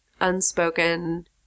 Unspoken